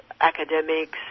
academics